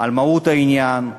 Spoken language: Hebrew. על מהות העניין.